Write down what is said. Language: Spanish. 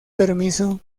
permiso